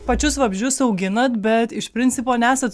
pačius vabzdžius auginat bet iš principo nesat